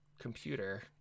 computer